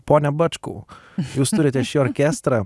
pone bačkau jūs turite šį orkestrą